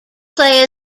play